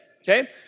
okay